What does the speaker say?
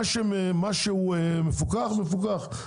מה שמפוקח מפוקח.